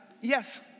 Yes